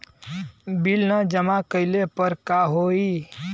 Bill न जमा कइले पर का होई?